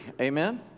Amen